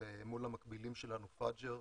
מול המקבילים שלנו בירדן פג'ר,